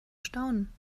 staunen